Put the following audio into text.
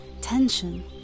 tension